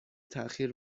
تاخیر